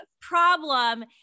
problem